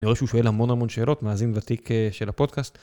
אני רואה שהוא שואל המון המון שאלות, מאזין ותיק של הפודקאסט.